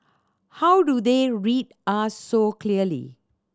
how do they read us so clearly